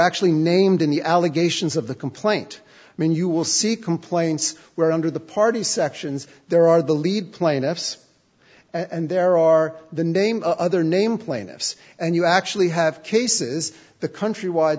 actually named in the allegations of the complaint i mean you will see complaints where under the party sections there are the lead plaintiffs and there are the name other name plaintiffs and you actually have cases the countrywide